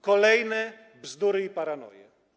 Kolejne bzdury i paranoje.